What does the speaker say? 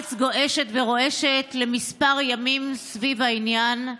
הארץ גועשת ורועשת לכמה ימים סביב העניין,